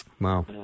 Wow